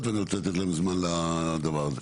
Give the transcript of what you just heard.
ואני רוצה לתת להם זמן לדבר הזה.